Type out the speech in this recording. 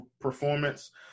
performance